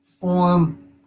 form